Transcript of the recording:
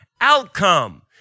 Outcome